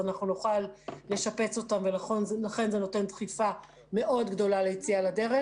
אנחנו נוכל לשפץ אותו ולכן זה נותן דחיפה מאוד גדולה ליציאה לדרך.